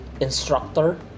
instructor